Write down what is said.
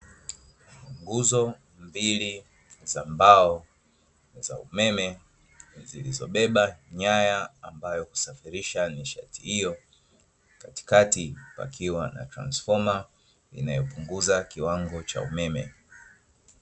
Nguzo mbili za mbao za umeme zilizobeba nyaya ambayo husafirisha nishati hiyo, katikati pakiwa na transfoma inayopunguza kiwango cha umeme.